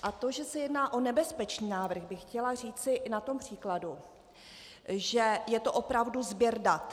A to, že se jedná o nebezpečný návrh, bych chtěla říct na příkladu, že je to opravdu sběr dat.